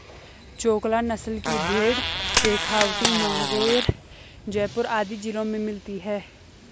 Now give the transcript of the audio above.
चोकला नस्ल की भेंड़ शेखावटी, नागैर, जयपुर आदि जिलों में मिलती हैं